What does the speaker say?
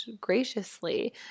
graciously